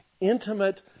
intimate